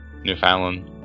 Newfoundland